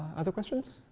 other questions?